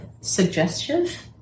suggestive